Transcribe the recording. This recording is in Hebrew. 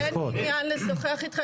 אין לי עניין לשוחח איתך,